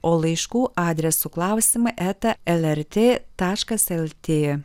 o laiškų adresu klausim eta lrt taškas lt